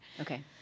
Okay